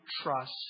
trust